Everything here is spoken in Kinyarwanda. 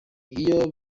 iyo